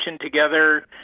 together